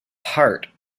part